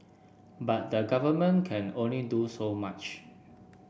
but the Government can only do so much